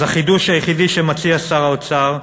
אז החידוש היחידי שמציע שר האוצר,